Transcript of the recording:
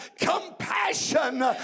compassion